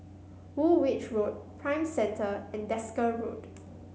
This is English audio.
Woolwich Road Prime Centre and Desker Road